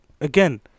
again